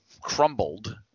crumbled